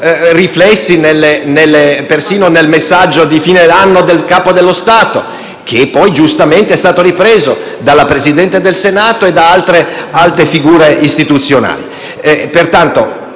riflessi persino nel messaggio di fine anno del Capo dello Stato, che poi, giustamente, è stato ripreso dal Presidente del Senato e da altre alte figure istituzionali.